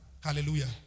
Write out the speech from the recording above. Hallelujah